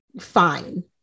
fine